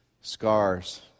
scars